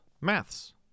maths